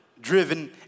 driven